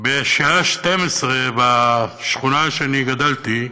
ובשעה 12:00, בשכונה שאני גדלתי,